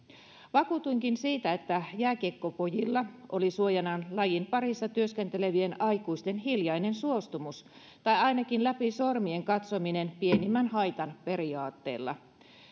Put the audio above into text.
vakuutuinkin siitä että jääkiekkopojilla oli suojanaan lajin parissa työskentelevien aikuisten hiljainen suostumus tai ainakin läpi sormien katsominen pienimmän haitan periaatteella